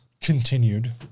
continued